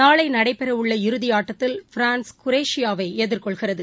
நாளை நடைபெற உள்ள இறுதியாட்டத்தில் பிரான்ஸ் குரேஷியாவை எதிர்கொள்கிறது